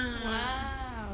!wow!